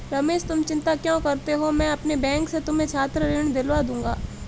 रमेश तुम चिंता क्यों करते हो मैं अपने बैंक से तुम्हें छात्र ऋण दिलवा दूंगा